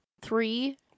three